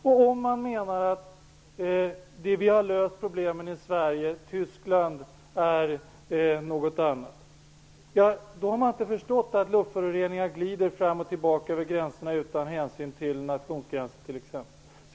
Om man menar att problemen i Sverige är lösta och att Tyskland är någonting annat, har man inte förstått att luftföroreningar glider fram och tillbaka utan hänsyn till nationsgränser.